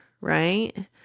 right